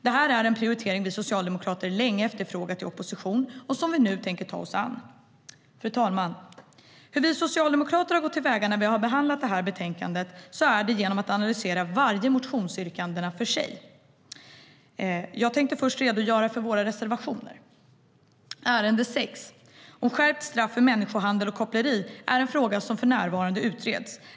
Detta är en prioritering vi socialdemokrater länge efterfrågat i opposition och som vi nu tänker ta oss an. Fru talman! När vi socialdemokrater har gått igenom betänkandet har vi analyserat varje motionsyrkande för sig. Jag tänkte först redogöra för våra reservationer. Punkt 6, om skärpta straff för människohandel och koppleri, är en fråga som för närvarande utreds.